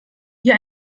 hier